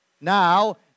Now